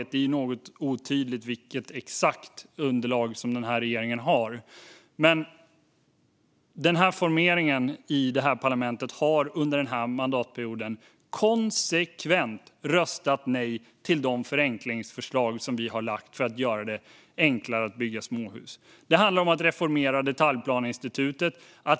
Det är något otydligt exakt vilket underlag regeringen har, men jag kan härifrån talarstolen beklaga att man med den här formeringen i parlamentet under mandatperioden konsekvent har röstat nej till de förenklingsförslag som vi har lagt för att göra det enklare att bygga småhus. Det handlar om att reformera detaljplaneinstitutet.